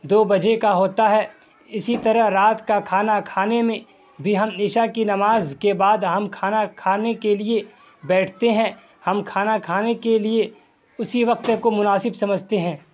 دو بجے کا ہوتا ہے اسی طرح رات کا کھانا کھانے میں بھی ہم عشا کی نماز کے بعد ہم کھانا کھانے کے لیے بیٹھتے ہیں ہم کھانا کھانے کے لیے اسی وقت کو مناسب سمجھتے ہیں